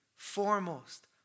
foremost